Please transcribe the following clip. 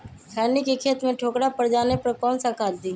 खैनी के खेत में ठोकरा पर जाने पर कौन सा खाद दी?